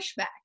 pushback